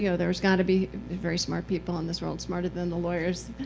you know there's got to be very smart people in this world, smarter than the lawyers,